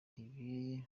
ibi